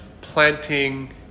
planting